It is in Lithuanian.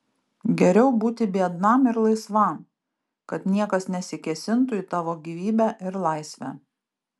geriau būti biednam ir laisvam kad niekas nesikėsintų į tavo gyvybę ir laisvę